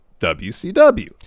WCW